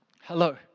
Hello